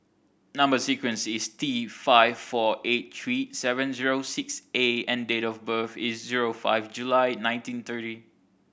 number sequence is T five four eight three seven zero six A and date of birth is zero five July nineteen thirty